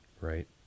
right